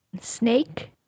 Snake